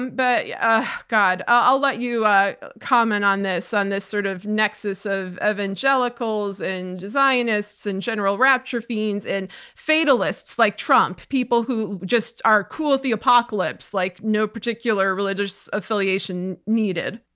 um but yeah god, i'll let you comment on this, on this sort of nexus of evangelicals, and zionists, and general rapture fiends, and fatalists like trump, people who just are cool with the apocalypse like no particular religious affiliation needed.